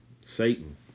Satan